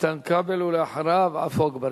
איתן כבל, ואחריו, עפו אגבאריה.